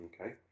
Okay